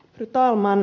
fru talman